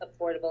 affordable